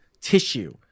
tissue